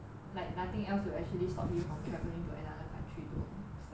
like nothing else will actually stop you from travelling to another country to study